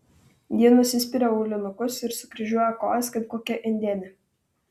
ji nusispiria aulinukus ir sukryžiuoja kojas kaip kokia indėnė